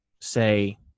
say